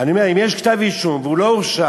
אני אומר, אם יש כתב-אישום והוא לא הורשע,